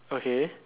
okay